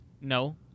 No